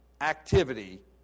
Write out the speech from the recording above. activity